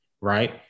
right